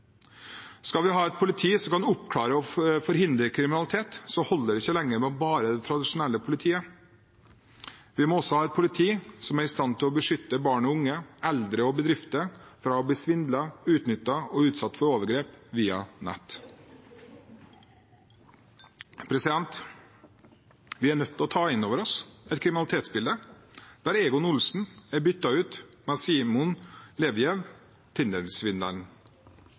Skal vi ha et politi som kan oppklare og forhindre kriminalitet, holder det ikke lenger med bare det tradisjonelle politiet. Vi må også ha et politi som er i stand til å beskytte barn og unge, eldre og bedrifter fra å bli svindlet, utnyttet og utsatt for overgrep via nett. Vi er nødt til å ta inn over oss et kriminalitetsbilde der Egon Olsen er byttet ut med Simon